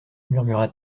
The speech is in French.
murmura